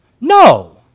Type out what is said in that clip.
no